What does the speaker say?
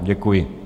Děkuji.